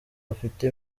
bafite